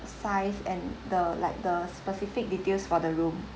size and the like the specific details for the room